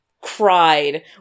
cried